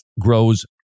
grows